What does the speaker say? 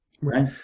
Right